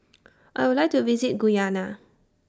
I Would like to visit Guyana